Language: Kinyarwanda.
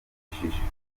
bishimishije